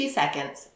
seconds